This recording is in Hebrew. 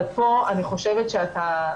אבל פה אני חושבת שאתה,